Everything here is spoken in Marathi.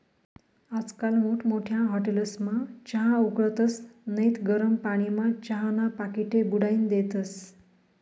आजकाल मोठमोठ्या हाटेलस्मा चहा उकाळतस नैत गरम पानीमा चहाना पाकिटे बुडाईन देतस